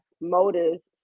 motives